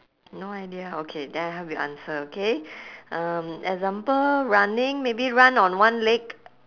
no idea okay then I help you answer okay um example running maybe run on one leg